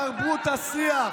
תתחילו כבר, תתחיל בבסיס.